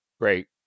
Great